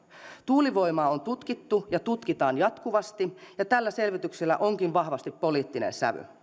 tuulivoimaa on tutkittu ja tutkitaan jatkuvasti ja tällä selvityksellä onkin vahvasti poliittinen sävy